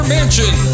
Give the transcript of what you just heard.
Mansion